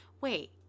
Wait